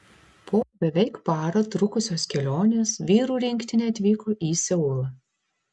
po beveik parą trukusios kelionės vyrų rinktinė atvyko į seulą